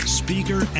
speaker